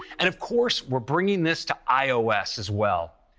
and of course we're bringing this to ios as well.